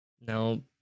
Now